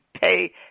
pay